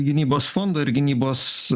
gynybos fondo ir gynybos